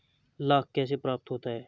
लाख कैसे प्राप्त होता है?